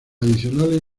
adicionales